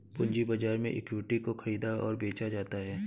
पूंजी बाजार में इक्विटी को ख़रीदा और बेचा जाता है